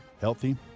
healthy